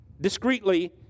Discreetly